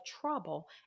trouble